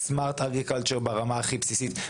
לכם חברי הכנסת שכאן,